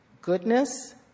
goodness